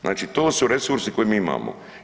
Znači to su resursi koje mi imamo.